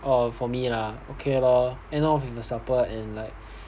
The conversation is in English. orh for me lah okay lor end off with the supper and like